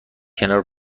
کنار